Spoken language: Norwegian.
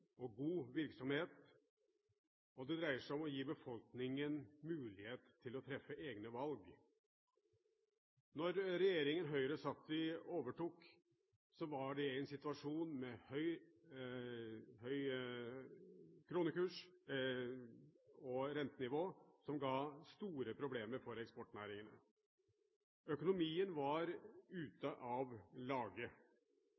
og god virksomhet, og det dreier seg om å gi befolkningen mulighet til å treffe egne valg. Da regjeringen Høyre satt i, overtok, var det i en situasjon med høy kronekurs og høyt rentenivå, som ga store problemer for eksportnæringen. Økonomien var